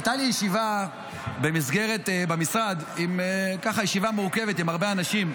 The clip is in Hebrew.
הייתה לי במשרד ישיבה מורכבת עם הרבה אנשים,